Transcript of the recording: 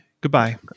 Goodbye